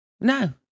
No